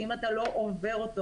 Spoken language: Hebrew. ואם אתה לא עובר אותו,